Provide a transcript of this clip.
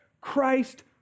Christ